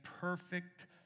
perfect